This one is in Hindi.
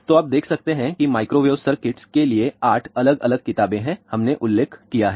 तो आप देख सकते हैं कि माइक्रोवेव सर्किट के लिए 8 अलग अलग किताबें हैं हमने उल्लेख किया है